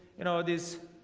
you know this